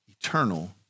eternal